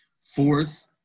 Fourth